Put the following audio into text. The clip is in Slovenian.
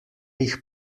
jih